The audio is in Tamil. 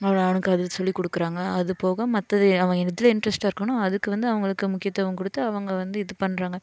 அவனை அவனுக்கு அதை சொல்லிக்கொடுக்குறாங்க அது போக மற்றது அவன் எதில் இன்ட்ரஸ்ட்டாக இருக்கானோ அதுக்கு வந்து அவங்களுக்கு முக்கியத்துவம் கொடுத்து அவங்க வந்து இது பண்ணுறாங்க